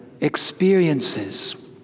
experiences